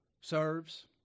serves